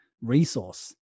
resource